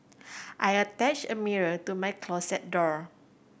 I attached a mirror to my closet door